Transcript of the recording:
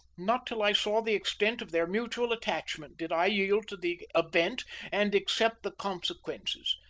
not till i saw the extent of their mutual attachment, did i yield to the event and accept the consequences.